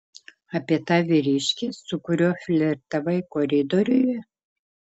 apie tą vyriškį su kuriuo flirtavai koridoriuje